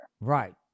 Right